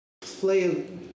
Play